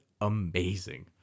amazing